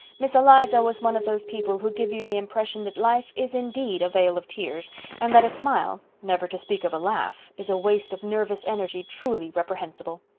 miss eliza was one of those people who give you the impression that life is indeed a vale of tears and that a smile, never to speak of a laugh, is a waste of nervous energy truly reprehensible.